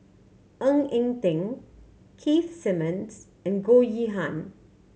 Ng Eng Teng Keith Simmons and Goh Yihan